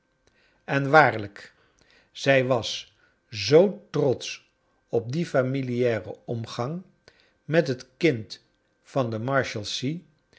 en waarlijk charles dickens zij was zoo trotsch op dien familiaren omgang met het kind van de marshalsea